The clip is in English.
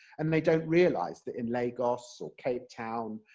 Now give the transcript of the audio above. and they don't realise that in lagos or cape town,